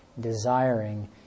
desiring